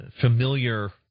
familiar